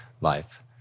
life